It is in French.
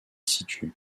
situ